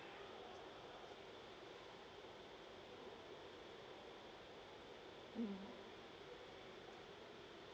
mm